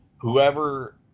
Whoever